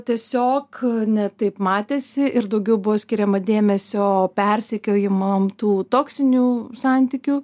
tiesiog ne taip matėsi ir daugiau buvo skiriama dėmesio persekiojimam tų toksinių santykių